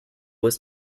was